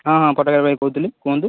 ହଁ ହଁ ଫଟୋଗ୍ରାଫର୍ ଭାଇ କହୁଥିଲି କୁହନ୍ତୁ